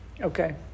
Okay